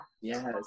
Yes